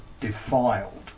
defiled